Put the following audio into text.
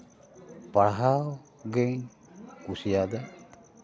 ᱯᱟᱲᱦᱟᱣ ᱜᱤᱧ ᱠᱩᱥᱤᱭᱟᱫᱟ